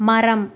மரம்